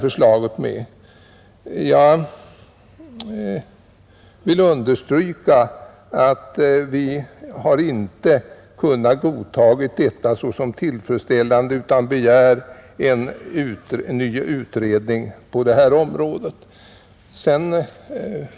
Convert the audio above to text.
— Jag vill understryka att vi inte har kunnat godta detta utan begär en ny utredning på området.